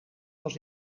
was